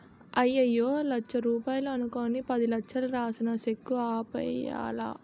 అయ్యయ్యో లచ్చ రూపాయలు అనుకుని పదిలచ్చలు రాసిన సెక్కు ఆపేయ్యాలా